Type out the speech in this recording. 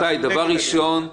רבותיי, דבר ראשון,